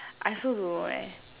I also don't know leh